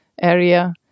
area